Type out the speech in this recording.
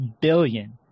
billion